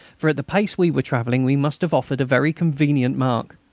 for at the pace we were travelling we must have offered a very convenient mark.